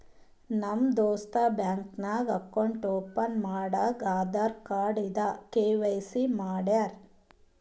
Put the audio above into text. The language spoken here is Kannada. ನಮ್ ದೋಸ್ತ ಬ್ಯಾಂಕ್ ನಾಗ್ ಅಕೌಂಟ್ ಓಪನ್ ಮಾಡಾಗ್ ಆಧಾರ್ ಕಾರ್ಡ್ ಇಂದ ಕೆ.ವೈ.ಸಿ ಮಾಡ್ಯಾರ್